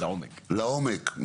לעומק,